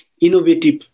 innovative